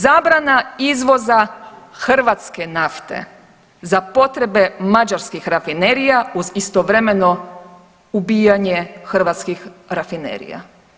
Zabrana izvoza hrvatske nafte za potrebe mađarskih rafinerija uz istovremeno ubijanje hrvatskih rafinerija.